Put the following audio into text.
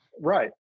Right